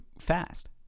fast